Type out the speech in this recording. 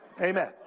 amen